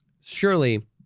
surely